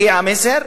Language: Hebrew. הגיע המסר?